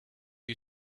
you